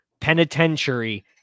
penitentiary